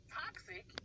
toxic